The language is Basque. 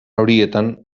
horietan